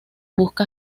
busca